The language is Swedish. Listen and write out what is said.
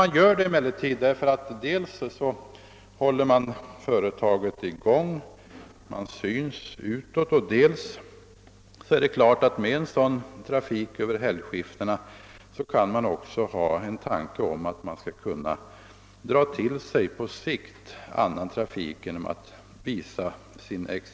SJ gör det emellertid dels för att hålla företaget i gång — man syns utåt — dels för att på sikt dra till sig annan trafik.